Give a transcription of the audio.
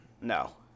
no